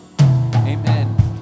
amen